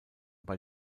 bei